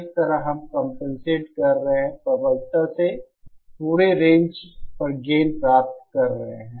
इस तरह हम कंपनसेट कर रहे हैं प्रबलता से पूरी रेंज पर गेन प्राप्त कर रहे हैं